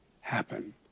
happen